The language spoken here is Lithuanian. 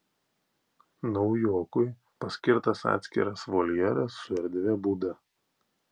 naujokui paskirtas atskiras voljeras su erdvia būda